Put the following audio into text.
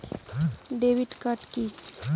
Debit card কি?